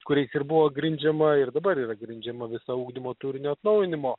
kuriais ir buvo grindžiama ir dabar yra grindžiama visa ugdymo turinio atnaujinimo